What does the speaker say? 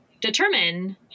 determine